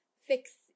fix